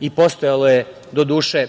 i postojalo je, do duše,